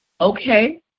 okay